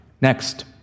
Next